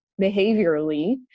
behaviorally